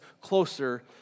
closer